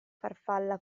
farfalla